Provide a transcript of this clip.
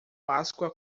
páscoa